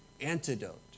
antidote